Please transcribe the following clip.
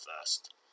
first